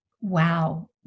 wow